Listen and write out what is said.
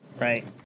Right